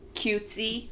cutesy